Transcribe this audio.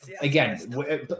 again